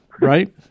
Right